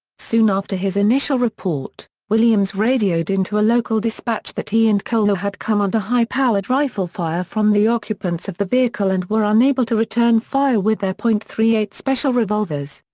soon after his initial report, williams radioed into a local dispatch that he and coler had come under high-powered rifle fire from the occupants of the vehicle and were unable to return fire with their point three eight special revolvers.